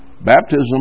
Baptism